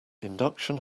induction